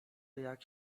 jak